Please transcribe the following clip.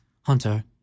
Hunter